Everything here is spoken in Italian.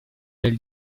del